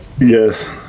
Yes